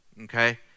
okay